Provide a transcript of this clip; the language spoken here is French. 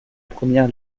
première